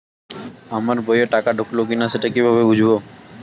আমার বইয়ে টাকা ঢুকলো কি না সেটা কি করে বুঝবো?